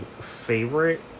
favorite